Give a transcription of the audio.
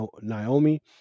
Naomi